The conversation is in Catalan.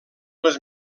les